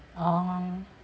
oh